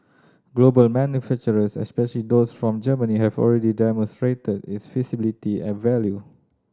global manufacturers especially those from Germany have already demonstrated its feasibility and value